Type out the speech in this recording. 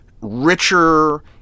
richer